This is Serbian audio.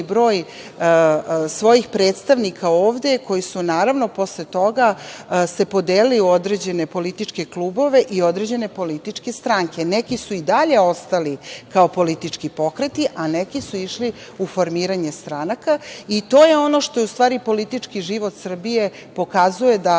broj svojih predstavnika ovde koji su, naravno, posle toga se podelili u određene političke klubove i određene političke stranke. Neki su i dalje ostali kao politički pokreti, a neki su išli u formiranje stranaka i to je ono što u stvari politički život Srbije pokazuje da